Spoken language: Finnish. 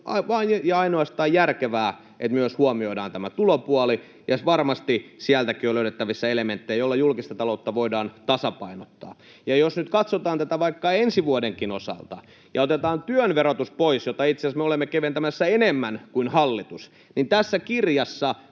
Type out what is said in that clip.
ainoastaan järkevää, että huomioidaan myös tämä tulopuoli. Varmasti sieltäkin on löydettävissä elementtejä, joilla julkista taloutta voidaan tasapainottaa. Jos nyt katsotaan tätä, vaikka ensi vuodenkin osalta, ja otetaan pois työn verotus — jota me itse asiassa olemme keventämässä enemmän kuin hallitus — niin tässä kirjassa